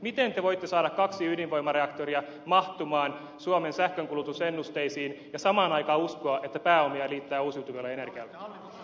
miten te voitte saada kaksi ydinvoimareaktoria mahtumaan suomen sähkönkulutusennusteisiin ja samaan aikaan uskoa että pääomia riittää uusiutuvalle energialle